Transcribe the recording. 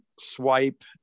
swipe